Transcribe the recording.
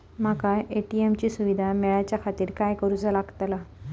माका ए.टी.एम ची सुविधा मेलाच्याखातिर काय करूचा लागतला?